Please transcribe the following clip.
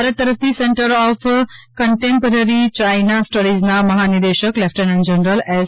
ભારત તરફથી centre of contemporary China સ્ટડીઝના મહા નિદેશક લેફ્ટનન્ટ જનરલ એસ